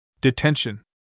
Detention